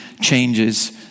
changes